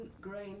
grain